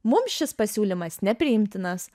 mums šis pasiūlymas nepriimtinas